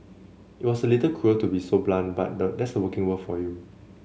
it's a little cruel to be so blunt but that's the working world for you